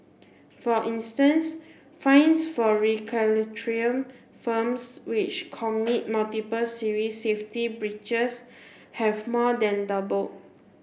for instance fines for firms which commit multiple serious safety breaches have more than double